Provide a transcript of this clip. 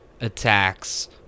attacks